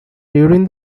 during